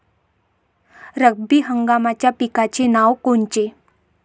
रब्बी हंगामाच्या पिकाचे नावं कोनचे?